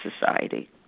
society